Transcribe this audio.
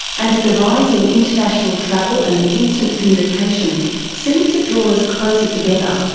and as the rise in international travel and instant communication seems to draw us closer together,